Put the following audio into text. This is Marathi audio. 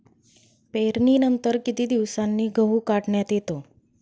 पेरणीनंतर किती दिवसांनी गहू काढण्यात येतो?